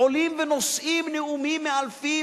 נוגע לחוק הסיעוד